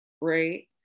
right